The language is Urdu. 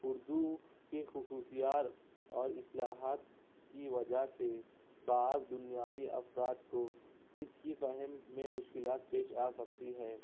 اردو کی خصوصیات اور اصلاحات کی وجہ سے بعض دنیاوی افراد کو اس کی فہم میں مشکلات پیش آ سکتی ہے